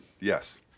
Yes